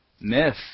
myth